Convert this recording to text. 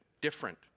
different